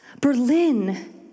Berlin